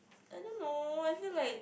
I don't know I feel like